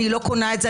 אני לא קונה את זה.